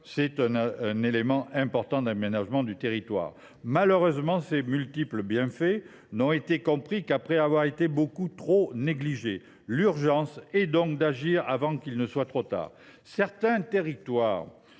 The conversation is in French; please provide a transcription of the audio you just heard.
surcroît un élément important d’aménagement du territoire. Malheureusement, ces multiples bienfaits n’ont été compris que tardivement, après avoir été beaucoup trop négligés. L’urgence est donc d’agir avant qu’il ne soit trop tard. Certains territoires